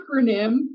acronym